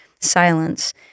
silence